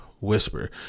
whisper